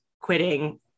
quitting